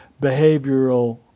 behavioral